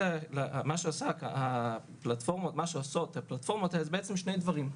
להבנתנו הפלטפורמות האלה עושות שני דברים: